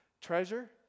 treasure